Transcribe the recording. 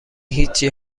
هیچی